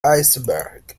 iceberg